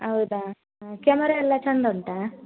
ಹೌದಾ ಕ್ಯಮರ ಎಲ್ಲ ಚಂದ ಉಂಟಾ